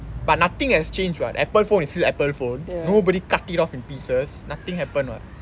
but nothing has changed [what] apple phone is still apple phone nobody cut it off in pieces nothing happen [what]